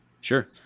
sure